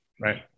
Right